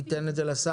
אתן את זה גם לשר.